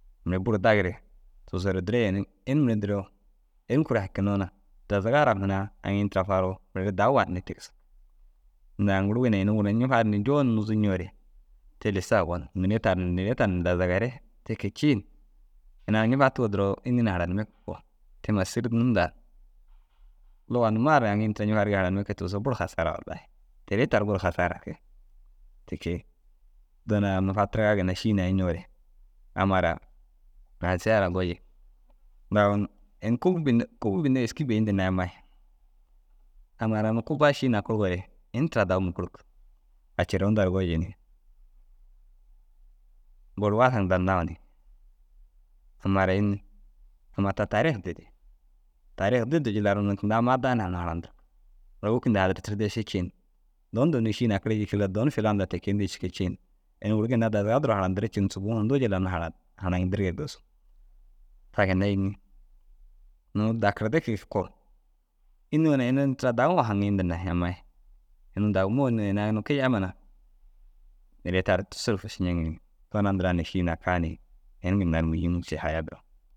Mire buru dagire tigisoore duro yeniŋ ini mire duro ini kuri hakinnoo na dazaga ara niraa aŋii ini tira faroo mire ru dau wawunne tigisig. Inda aŋ guru ginna inuu mire cufan ni joonim nuzii coore te lissa owon. Minuu taar ni neere u taar ni dazagare te kee ciin ini ai cufatuu duro înni na haranimme ke koo te maa sîri num dan. Lugaa numa ru aŋii ini tira cufurigii ru haranimme kee tigisoo buru hasaara wallaahi. Teere tira ru buru hasaara kee ti kee. Dina ai unnu fatirigaa ginna šî nawii coore amma ara raisa ru goji amma ara unnu « ini kubbu binne kubbu bînne êski bêi » ndinai ammai. Amma ara unnu kubbaa šîi nakurugoore ini tiraa dau mukurug. Aciro nda ru goji ni Môru Hasan nda ru nawu ni amma ara înni? Amma ta taarih didii. Taarih diduu jillar unnu tinda amma addaa na ina harandirig. Mura wôkid hunduu hadirtirde ši ciin doon hunduu unnu šîi nakirii jikii ni « doon filan ŋa » te kee ndii cikii ciin ini guru ginna dazaga duro harandir ciin subou hunduu jillan nu hara harandirigire digisu. Ta ginna înni? Nuŋu dakirde kege koo « înni yoo na ini in tira daŋoo haŋii » ndinai ammai. Ini dagimmoo unnu ini ai kiyama na neere taa ru tussu ru fuši nceŋi ni. Doona ndiraa ni šîi nakaa ni ini ginna ru muhim ši hayaa duro.